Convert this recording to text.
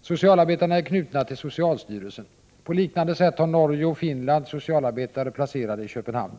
Socialarbetarna är knutna till socialstyrelsen. På liknande sätt har Norge och Finland socialarbetare placerade i Köpenhamn.